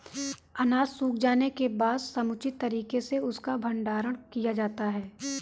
अनाज सूख जाने के बाद समुचित तरीके से उसका भंडारण किया जाता है